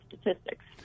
statistics